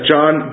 John